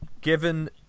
given